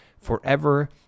forever